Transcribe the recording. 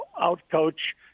out-coach